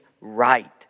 right